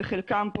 בחלקם,